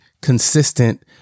consistent